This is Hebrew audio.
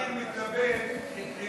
אני אני מתלבט בין,